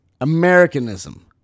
Americanism